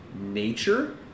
nature